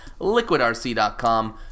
LiquidRC.com